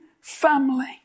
family